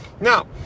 now